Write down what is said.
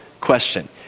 question